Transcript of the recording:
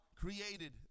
created